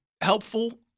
helpful